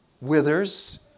withers